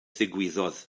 ddigwyddodd